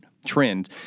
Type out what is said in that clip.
trend